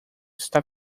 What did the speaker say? está